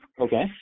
Okay